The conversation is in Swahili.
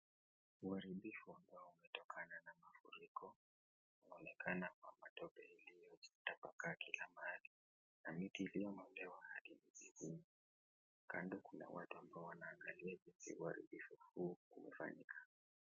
Uharibifu ambao umetokana na mafuriko, unaonekana kwa matope iliyotapakaa kila mahali na miti iliyongo'lewa hadi mizizi. Kando kuna watu ambao wanaoangalia jinsi uharibifu huu umefanyika.